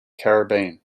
caribbean